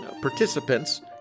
participants